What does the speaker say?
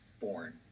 born